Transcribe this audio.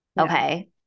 Okay